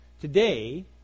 Today